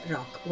Rock